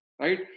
Right